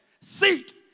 Seek